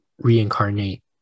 reincarnate